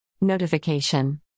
Notification